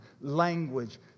language